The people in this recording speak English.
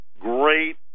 great